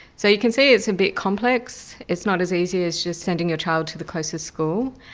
so you can see it's a bit complex. it's not as easy as just sending your child to the closest school,